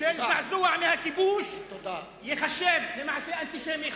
של זעזוע מהכיבוש ייחשב למעשה אנטישמי.